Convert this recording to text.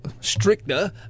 stricter